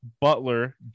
Butler